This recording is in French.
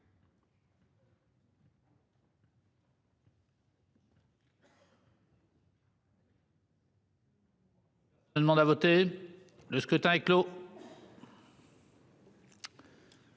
Le scrutin est clos.